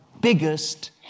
biggest